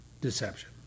deception